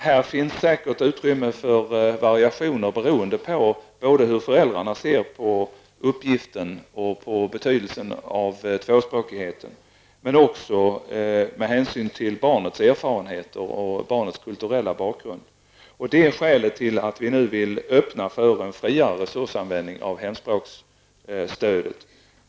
Här finns säkert utrymme för variationer beroende på både hur föräldrarna ser på uppgiften och betydelsen av tvåspråkigheten, men också med hänsyn till barnets erfarenheter och barnets kulturella bakgrund. Det är skälet till att vi nu vill öppna för en friare resursanvändning för hemspråksstödet.